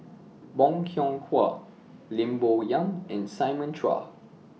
Bong Hiong Hwa Lim Bo Yam and Simon Chua